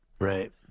right